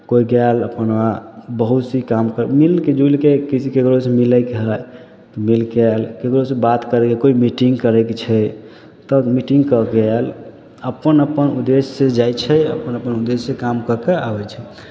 कोइ गएल अपन आ बहुत सी काम मिलि कऽ जुलि कऽ किसी ककरोसँ मिलयके हइ मिलि कऽ आयल ककरोसँ बात करयके कोइ मीटिंग करयके छै तऽ मीटिंग कऽ कऽ आयल अपन अपन उद्देश्यसँ जाइ छै अपन अपन उद्देश्यसँ काम कऽ कऽ आबै छै